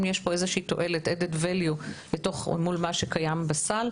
יש פה איזושהי תועלת מול מה שקיים בסל,